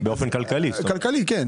כלכלית,